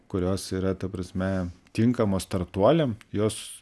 kurios yra ta prasme tinkamos startuoliam jos